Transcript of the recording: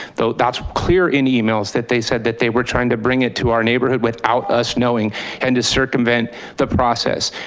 though that's clear in emails that they said that they were trying to bring it to our neighborhood without us knowing and to circumvent the process.